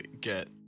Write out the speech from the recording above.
get